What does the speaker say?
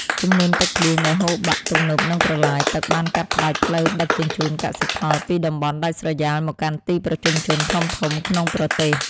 ជំនន់ទឹកភ្លៀងដែលហូរបាក់ទំនប់និងប្រឡាយទឹកបានកាត់ផ្តាច់ផ្លូវដឹកជញ្ជូនកសិផលពីតំបន់ដាច់ស្រយាលមកកាន់ទីប្រជុំជនធំៗក្នុងប្រទេស។